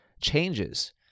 changes